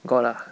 got lah